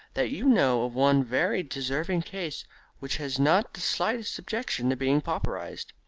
that you know of one very deserving case which has not the slightest objection to being pauperised.